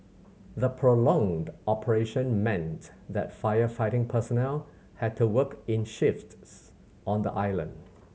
the prolonged operation meant that firefighting personnel had to work in shifts on the island